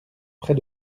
près